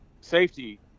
safety